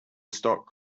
stock